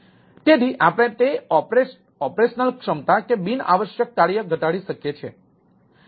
તેથી આપણે તે ઓપરેશનલ ક્ષમતા કે બિન આવશ્યક કાર્ય ઘટાડી શકીએ છીએ